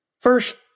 First